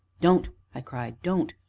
don't! i cried, don't!